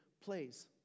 plays